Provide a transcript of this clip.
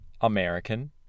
American